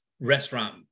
restaurant